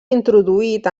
introduït